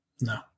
No